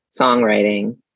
songwriting